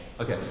Okay